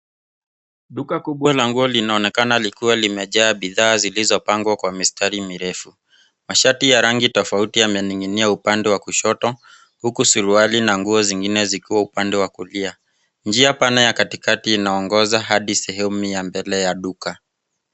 Duka kubwa la nguo linaonekana likiwa limejaa bidhaa zilizopangwa kwa mistari mirefu. Mashati ya rangi tofauti yamening'inia upande wa kushoto huku suruali na nguo zingine zikiwa upande wa kulia. Njia pana ya katikati inaongoza hadi sehemu ya mbele ya duka.